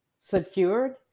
secured